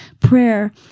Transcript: prayer